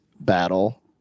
Battle